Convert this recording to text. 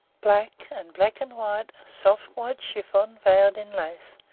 black, and black-and-white, soft white chiffon veiled in lace,